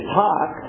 talk